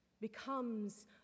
becomes